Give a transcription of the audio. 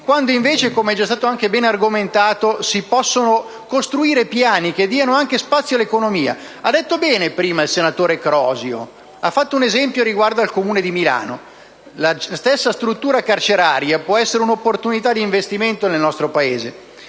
quando invece, come è già stato bene argomentato, si possono costruire piani che diano anche spazio all'economia? Ha detto bene prima il senatore Crosio, quando ha fatto l'esempio del Comune di Milano: la stessa struttura carceraria può essere un'opportunità di investimento nel nostro Paese.